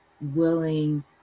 willing